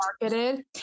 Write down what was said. marketed